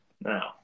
Now